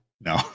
No